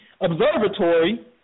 Observatory